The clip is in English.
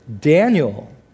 Daniel